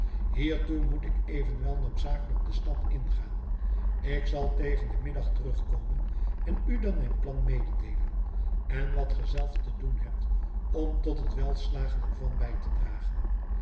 hiertoe moet ik evenwel noodzakelijk de stad ingaan ik zal tegen den middag terugkomen en u dan mijn plan meedeelen en wat ge zelf te doen hebt om tot het welslagen ervan bij te dragen